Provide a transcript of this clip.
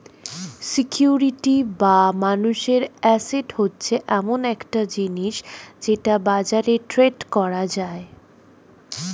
security বা মানুষের asset হচ্ছে এমন একটা জিনিস যেটা বাজারে ট্রেড করা যায়